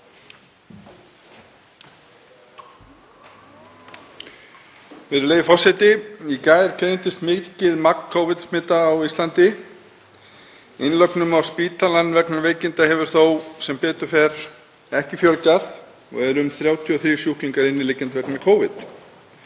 Virðulegi forseti. Í gær greindist mikill fjöldi Covid-smita á Íslandi. Innlögnum á spítalann vegna veikinda hefur þó sem betur fer ekki fjölgað og eru um 33 sjúklingar inniliggjandi vegna Covid.